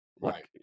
Right